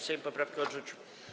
Sejm poprawkę odrzucił.